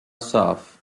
صاف